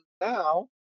now